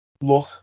look